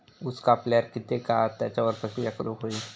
ऊस कापल्यार कितके काळात त्याच्यार प्रक्रिया करू होई?